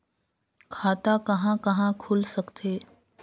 खाता कहा कहा खुल सकथे?